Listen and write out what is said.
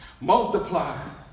multiply